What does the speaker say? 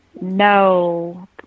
no